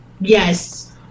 Yes